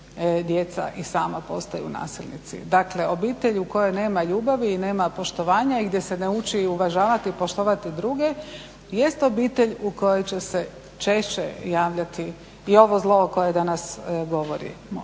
i sama postaju nasilnici. Dakle obitelji u kojima nema ljubavi i nema poštovanja i gdje se ne uči uvažavati i poštovati druge jest obitelj u kojoj će se češće javljati i ovo zlo o kojem danas govorimo,